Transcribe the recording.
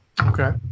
Okay